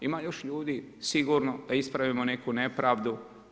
Ima još ljudi sigurno da ispravimo neku nepravdu.